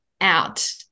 out